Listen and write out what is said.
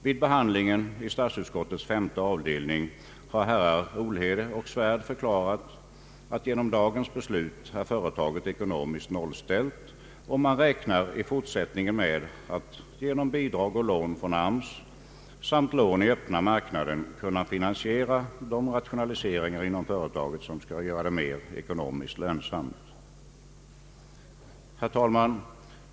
Vid behandlingen i statsutskottets femte avdelning har herrar Olhede och Svärd förklarat att genom dagens beslut är företaget ekonomiskt nollställt, och man räknar i fortsättningen med att genom bidrag och lån från AMS samt lån i öppna marknaden kunna finansiera de rationaliseringar inom företaget som skall göra det mer ekonomiskt lönsamt. Herr talman!